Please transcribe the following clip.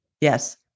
Yes